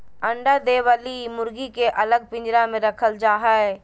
अंडा दे वली मुर्गी के अलग पिंजरा में रखल जा हई